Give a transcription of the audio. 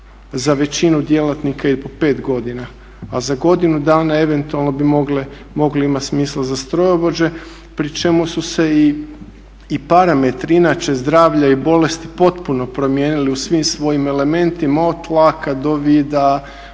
za većinu djelatnika i po 5 godina, a za godinu dana eventualno bi moglo imat smisla za strojovođe pri čemu su se i parametri inače zdravlja i bolesti potpuno promijenili u svim svojim elementima, od tlaka do vida,